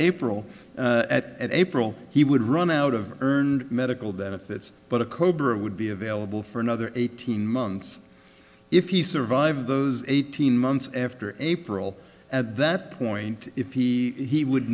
april at april he would run out of earned medical benefits but a cobra would be available for another eighteen months if you survive those eighteen months after april at that point if he he would